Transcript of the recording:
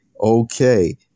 okay